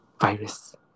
virus